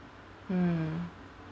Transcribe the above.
mm